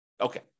Okay